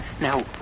now